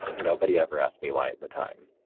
nobody ever asked me why at the time.